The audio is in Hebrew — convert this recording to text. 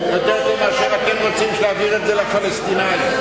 אתם רוצים להעביר את זה לפלסטינים.